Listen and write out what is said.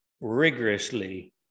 rigorously